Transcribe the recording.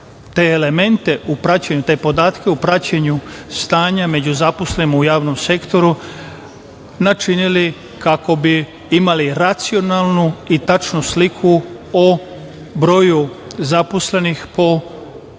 u praćenju, te podatke u praćenju stanja među zaposlenima u javnom sektoru načinili kako bi imali racionalnu i tačnu sliku o broju zaposlenih po kriterijumu